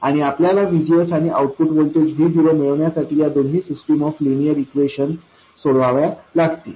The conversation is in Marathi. आणि आपल्याला VGS आणि आउटपुट व्होल्टेज Vo मिळवण्यासाठी या दोन्ही सिस्टिम ऑफ लीनियर इक्वेशन सोडवाव्या लागतील